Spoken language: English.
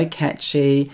catchy